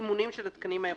הסימונים של התקנים האירופיים.